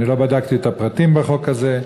אני לא בדקתי את הפרטים בחוק הזה,